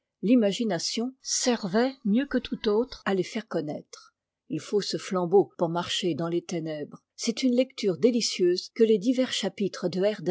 l'imagination servait mieux que toute autre à les faire connaître il faut ce flambeau pour marcher dans les ténèbres c'est une lecture délicieuse que les divers chapitres de